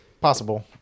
Possible